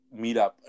meetup